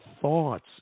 thoughts